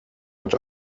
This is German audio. hat